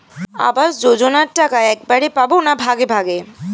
আবাস যোজনা টাকা একবারে পাব না ভাগে ভাগে?